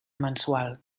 mensual